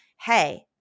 hey